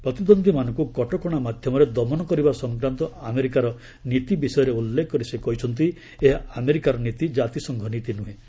ପ୍ରତିଦ୍ୱନ୍ଦ୍ୱୀମାନଙ୍କୁ କଟକଣା ମାଧ୍ୟମରେ ଦମନ କରିବା ସଂକ୍ରାନ୍ତ ଆମେରିକାର ନୀତି ବିଷୟରେ ଉଲ୍ଲେଖ କରି ସେ କହିଛନ୍ତି ଏହା ଆମେରିକାର ନୀତି କାତିସଂଘ ନୀତି ନୁହେଁ